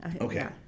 okay